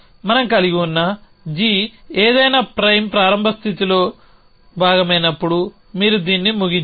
మనం కలిగి ఉన్న g ఏదైనా ప్రైమ్ ప్రారంభ స్థితిలో భాగమైనప్పుడు మీరు దీన్ని ముగించండి